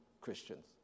Christians